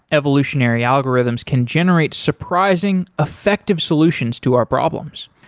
evolutionary algorithms can generate surprising effective solutions to our problems.